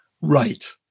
Right